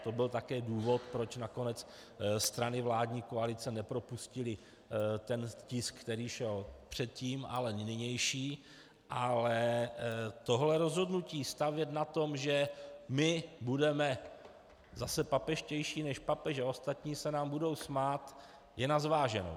To byl také důvod, proč nakonec strany vládní koalice nepropustily ten tisk, který šel předtím, ale nynější, ale tohle rozhodnutí stavět na tom, že my budeme zase papežštější než papež a ostatní se nám budou smát, je na zváženou.